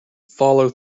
follow